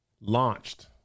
launched